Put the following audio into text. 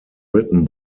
written